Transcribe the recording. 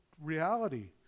reality